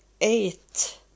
eight